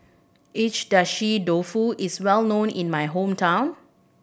Agedashi Dofu is well known in my hometown